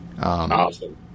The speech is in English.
Awesome